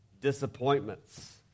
disappointments